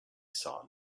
saw